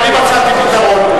אני מצאתי פתרון.